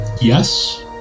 Yes